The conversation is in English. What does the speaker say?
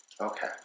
Okay